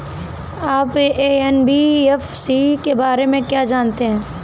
आप एन.बी.एफ.सी के बारे में क्या जानते हैं?